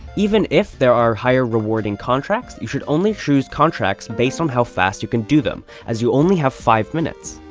even if there are higher rewarding contracts, you should only choose contracts based on how fast you can do them, as you only have five minutes.